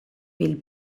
pil